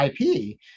IP